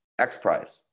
XPRIZE